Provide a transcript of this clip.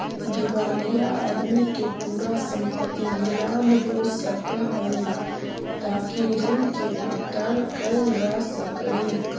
दिवालिया आदमी के पूरा संपत्ति नीलाम हो सकऽ हई ताकि ऋण के भुगतान कैल जा सकई